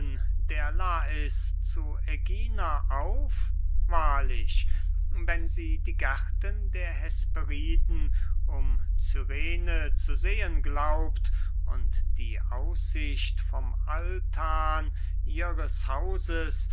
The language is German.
der lais zu ägina auf wahrlich wenn sie die gärten der hesperiden um cyrene zu sehen glaubt und die aussicht vom altan ihres hauses